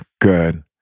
good